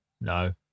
No